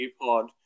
pod